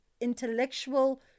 intellectual